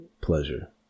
pleasure